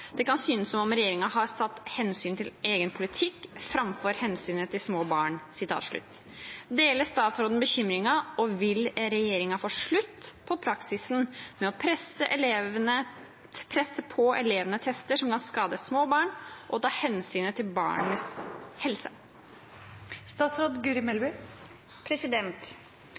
kan synes som om regjeringen har satt hensynet til egen politikk framfor hensynet til små barn.» Deler statsråden bekymringen, og vil regjeringen få slutt på praksisen med å presse på elevene tester som kan skade små barn, og å ta hensyn til små barns helse?»